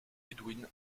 edwin